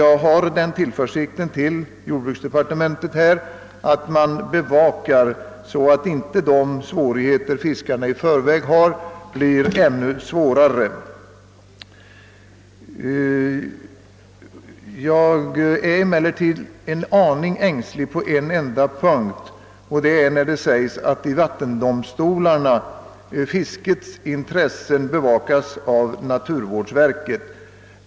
Jag litar på att jordbruksdepartementet bevakar utvecklingen, så att inte de svårigheter fiskarena redan har blir ännu större. Jag är emellertid en aning ängslig på en punkt. Det sägs att fiskets intressen i vattendomstolarna bevakas av naturvårdsverket.